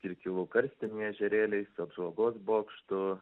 kirkilų karstiniai ežerėliai su apžvalgos bokštu